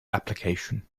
application